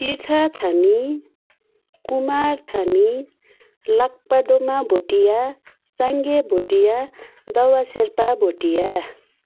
Tirtha Thami Kumar Thami Lakpa Doma Bhotia Sange Bhotia Dawa Sherpa Bhutia